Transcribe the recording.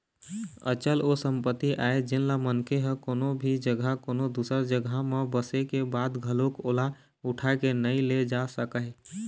अचल ओ संपत्ति आय जेनला मनखे ह कोनो भी जघा कोनो दूसर जघा म बसे के बाद घलोक ओला उठा के नइ ले जा सकय